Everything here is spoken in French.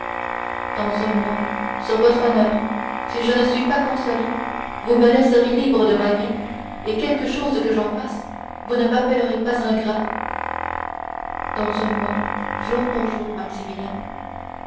dans un mois sur votre honneur si je ne suis pas consolé vous me laissez libre de ma vie et quelque chose que j'en fasse vous ne m'appellerez pas ingrat dans un mois jour pour jour